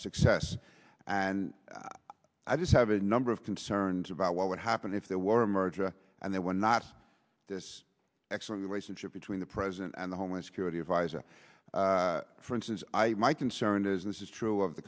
success and i just have a number of concerns about what would happen if there were a merger and there were not this excellent relationship between the president and the homeland security advisor for instance my concern is this is true of the